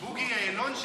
בוגי יעלון,